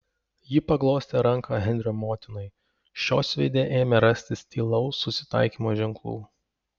ji paglostė ranką henrio motinai šios veide ėmė rastis tylaus susitaikymo ženklų